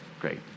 great